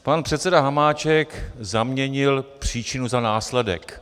Pan předseda Hamáček zaměnil příčinu za následek.